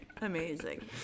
Amazing